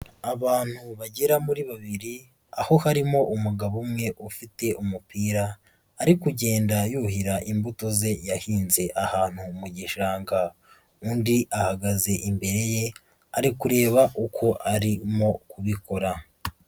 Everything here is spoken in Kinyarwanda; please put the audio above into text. Abantu bagera muri babiri aho harimo umugabo umwe ufite umupira, ari kugenda yuhira imbuto ze yahinze ahantu mu gishanga, undi ahagaze imbere ye ari kureba uko arimo kubikora.